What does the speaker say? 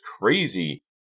crazy